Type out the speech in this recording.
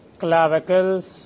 clavicles